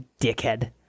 dickhead